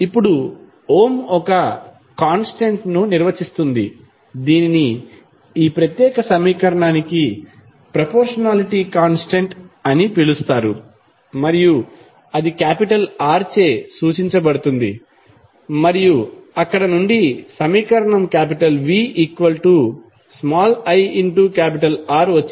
ఇప్పుడు ఓం ఒక కాంస్టెంట్ ని నిర్వచిస్తుంది దీనిని ఈ ప్రత్యేక సమీకరణానికి ప్రొపొర్షనాలిటీ కాంస్టెంట్ అని పిలుస్తారు మరియు అది R చే సూచించబడుతుంది మరియు అక్కడ నుండి సమీకరణం ViR వచ్చింది